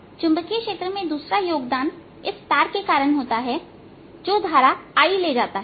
चुंबकीय क्षेत्र में दूसरा योगदान इस तार के कारण होता है जो धारा I ले जाता है